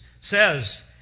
says